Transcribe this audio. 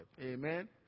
Amen